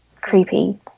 creepy